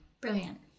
brilliant